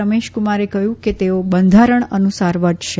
રમેશ કુમારે કહયું કે તેઓ બંધારણ નુસાર વર્તશે